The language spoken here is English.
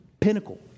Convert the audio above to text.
pinnacle